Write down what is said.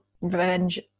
revenge